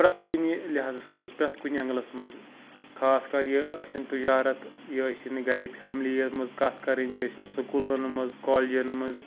پرٛٮ۪تھ کُنہِ لِہٰذَس مںٛز پرٛٮ۪تھ کُنہِ اٮ۪نٛگلَس منٛز خاص کَر یہِ ٲسِن تجارت یہِ ٲسِن یہِ گَرِ فیملی یہِ منٛز کَتھ کَرٕنۍ یہِ ٲسِن سکوٗلَن منٛز کالجَن منٛز